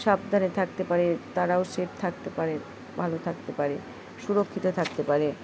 সাবধানে থাকতে পারে তারাও সেফ থাকতে পারে ভালো থাকতে পারে সুরক্ষিত থাকতে পারে